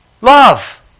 Love